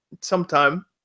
sometime